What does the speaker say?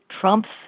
Trump's